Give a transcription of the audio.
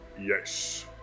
Yes